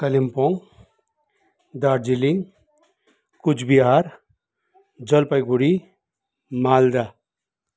Kalimpong Darjeeling Cooch Behar Jalpaiguri Malda